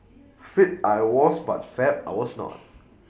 fit I was but fab I was not